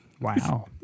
Wow